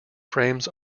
frames